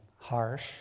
harsh